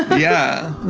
yeah.